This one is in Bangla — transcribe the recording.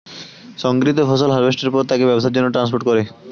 সংগৃহীত ফসল হারভেস্টের পর তাকে ব্যবসার জন্যে ট্রান্সপোর্ট করে